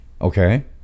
Okay